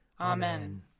Amen